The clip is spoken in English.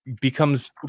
becomes